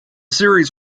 series